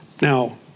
now